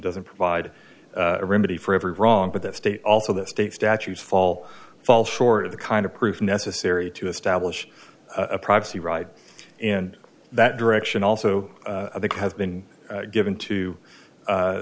doesn't provide a remedy for every wrong but the state also the state statutes fall fall short of the kind of proof necessary to establish a proxy ride in that direction also i think has been given to